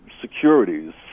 securities